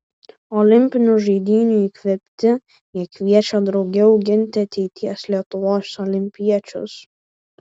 olimpinių žaidynių įkvėpti jie kviečia drauge auginti ateities lietuvos olimpiečius